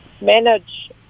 manage